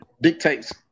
dictates